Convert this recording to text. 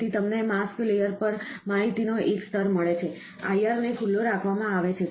તેથી તમને mask layer પર માહિતીનો એક સ્તર મળે છે IR ને ખુલ્લો રાખવામાં આવે છે